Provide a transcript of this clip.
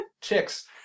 chicks